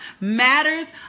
matters